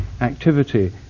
activity